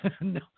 No